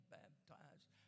baptized